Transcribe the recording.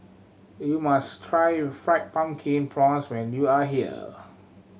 you must try Fried Pumpkin Prawns when you are here